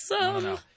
awesome